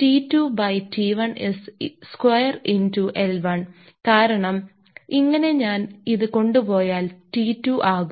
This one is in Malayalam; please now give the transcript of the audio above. T2 by T1 is square into L1 കാരണം ഇങ്ങനെ ഞാൻ ഇത് കൊണ്ട് പോയാൽ അത് T2 ആകും